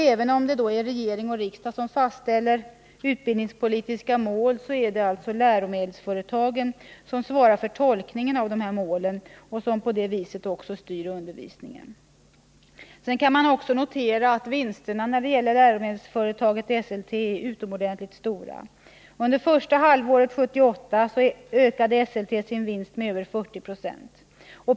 Även om det är regering och riksdag som fastställer de utbildningspolitiska målen, är det alltså läromedelsföretagen som svarar för tolkningen av målen och som på det viset även styr undervisningen. Sedan kan man också notera att vinsterna för läromedelsföretaget Esselte är utomordentligt stora. Under första halvåret 1978 ökade Esselte sin vinst med över 40 Ze.